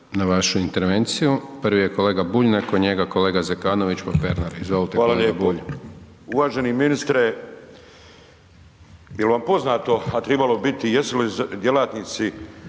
na vašu intervenciju. Prvi je kolega Bulj, nakon njega kolega Zekanović, pa Pernar. Izvolite kolega Bulj. **Bulj, Miro (MOST)** Hvala lijepo. Uvaženi ministre jel vam poznato, a tribalo bi biti jesu li djelatnici